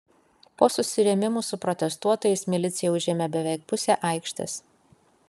po susirėmimų su protestuotojais milicija užėmė beveik pusę aikštės